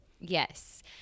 yes